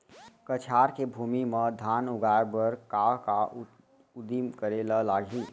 कछार के भूमि मा धान उगाए बर का का उदिम करे ला लागही?